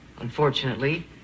Unfortunately